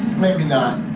maybe not.